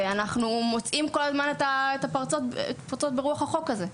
ואנחנו מוצאים כל הזמן את הפרצות ברוח החוק הזה.